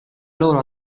loro